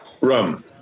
rum